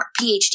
PhD